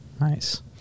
Nice